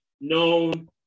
known